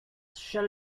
shall